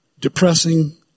depressing